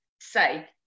say